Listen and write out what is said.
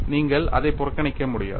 நீங்கள் அதை புறக்கணிக்க முடியாது